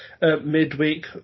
midweek